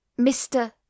Mr